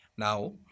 Now